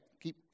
keep